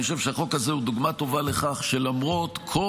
אני חושב שהחוק הזה הוא דוגמה טובה לכך שלמרות כל